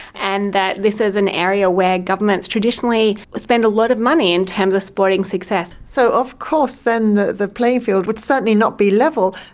and that this is an area where governments traditionally spend a lot of money in terms of sporting success. so of course then the the playing field would certainly not be level.